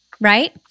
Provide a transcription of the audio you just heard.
Right